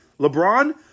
LeBron